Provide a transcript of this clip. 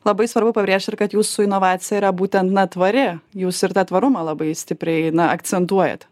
labai svarbu pabrėžt ir kad jūsų inovacija yra būtent na tvari jūs ir tą tvarumą labai stipriai na akcentuojate